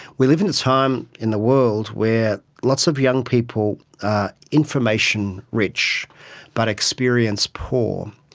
we live in a time in the world where lots of young people are information rich but experience poor.